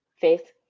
faith